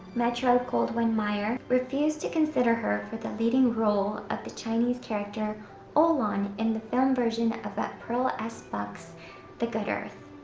metro-goldwyn-mayer refused to consider her for the leading role of the chinese character o-lan in the film version of pearl s. buck's the good earth.